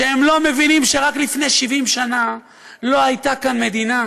שהם לא מבינים שרק לפני 70 שנה לא הייתה כאן מדינה,